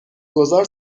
گذار